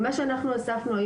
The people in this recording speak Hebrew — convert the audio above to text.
ממה שאנחנו אספנו,